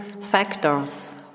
factors